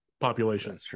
population